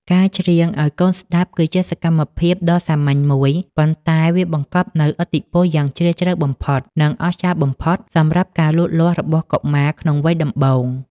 ការច្រៀងឱ្យកូនស្តាប់ គឺជាសកម្មភាពដ៏សាមញ្ញមួយ ប៉ុន្តែវាបង្កប់នូវឥទ្ធិពលយ៉ាងជ្រាលជ្រៅ និងអស្ចារ្យបំផុតសម្រាប់ការលូតលាស់របស់កុមារក្នុងវ័យដំបូង។